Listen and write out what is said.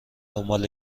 دنبال